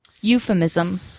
euphemism